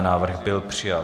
Návrh byl přijat.